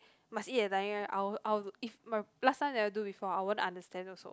must eat a diet I'll I'll if my last time never do before I won't understand also